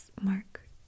Mark